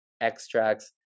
extracts